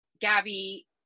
Gabby